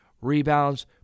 rebounds